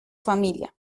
familia